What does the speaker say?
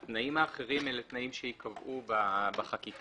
התנאים האחרים הם תנאים שייקבעו בחקיקה.